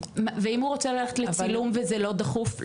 ואם הוא רוצה ללכת לצילום וזה לא דחוף?